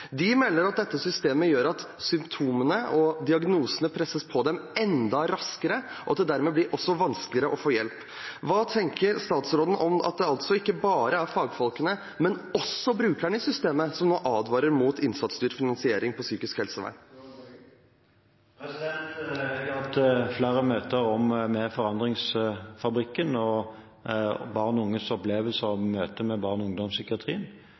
De melder at dette systemet gjør at symptomene og diagnosene presses på dem enda raskere, og at det dermed også blir vanskeligere å få hjelp. Hva tenker statsråden om at ikke bare fagfolkene, men også brukerne i systemet nå advarer mot innsatsstyrt finansiering av psykisk helsevern? Jeg har hatt flere møter med Forandringsfabrikken om barn og unges opplevelse av møte med barne- og ungdomspsykiatrien.